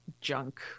junk